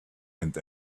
and